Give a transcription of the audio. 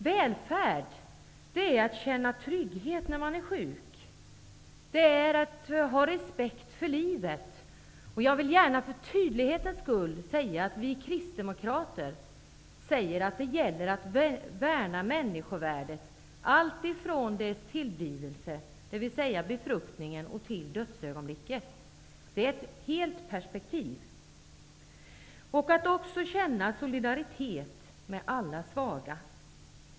Välfärd är att känna trygghet när man är sjuk, att ha respekt för livet. Jag vill gärna för tydlighetens skull säga att vi kristdemokrater värnar om människovärdet, alltifrån dess tillblivelse, dvs. befruktningen, till dödsögonblicket. Det är ett helt perspektiv. Det gäller också att känna solidaritet med alla svaga.